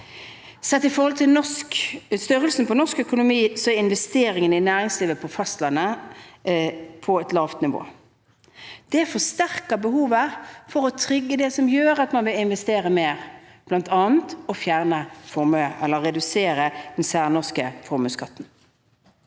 Sett i forhold til størrelsen på norsk økonomi, er investeringene i næringslivet på fastlandet på et lavt nivå. Det forsterker behovet for å trigge det som gjør at man vil investere mer, bl.a. å redusere den særnorske formuesskatten.